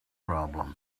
problem